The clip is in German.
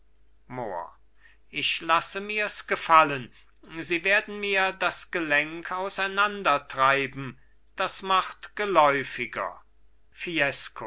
ich lasse mirs gefallen sie werden mir das gelenk auseinandertreiben das macht geläufiger